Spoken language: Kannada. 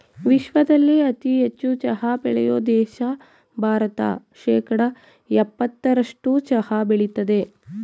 ವಿಶ್ವದಲ್ಲೇ ಅತಿ ಹೆಚ್ಚು ಚಹಾ ಬೆಳೆಯೋ ದೇಶ ಭಾರತ ಶೇಕಡಾ ಯಪ್ಪತ್ತರಸ್ಟು ಚಹಾ ಬೆಳಿತದೆ